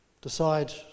decide